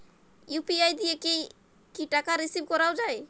UPI দিয়ে কি টাকা রিসিভ করাও য়ায়?